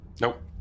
Nope